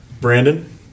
Brandon